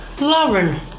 Lauren